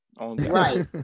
Right